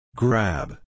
Grab